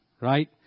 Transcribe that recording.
Right